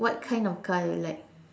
what kind of car you like